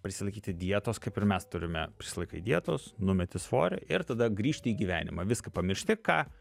prisilaikyti dietos kaip ir mes turime prisilaikai dietos numeti svorį ir tada grįžti į gyvenimą viską pamiršti ką